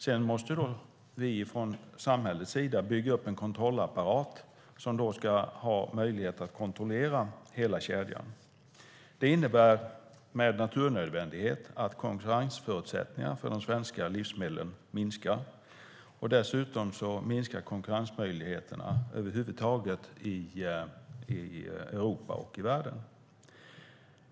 Sedan måste vi från samhällets sida bygga upp en kontrollapparat som ska ha möjlighet att kontrollera hela kedjan. Det innebär med naturnödvändighet att konkurrensförutsättningarna för de svenska livsmedlen minskar. Dessutom minskar konkurrensmöjligheterna över huvud taget i Europa och i världen.